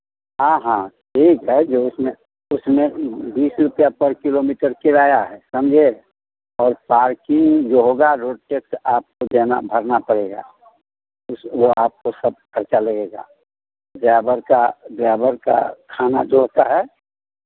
हाँ हाँ ठीक है जो उसमें उसमें बीस रुपैया पर किलोमीटर किराया है समझे और पार्किंग जो होगा रोड टैक्स आपको देना भरना पड़ेगा उस वो आपको सब खर्चा लगेगा ड्राइवर का ड्राइवर का खाना जो होता है